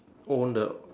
own the